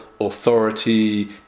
authority